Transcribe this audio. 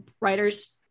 writer's